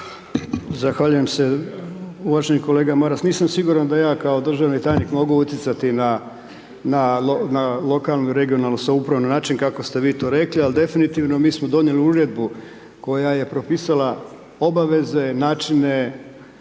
Zahvaljujem se. Uvaženi kolega Maras, nisam siguran da ja kao državni tajnik mogu utjecati na lokalnu i regionalnu samoupravu na način kako ste vi to rekli ali definitivno mi smo donijeli uredbu koja je propisala obaveze, načine,